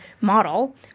model